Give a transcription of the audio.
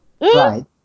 Right